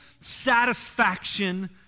satisfaction